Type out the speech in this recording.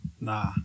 Nah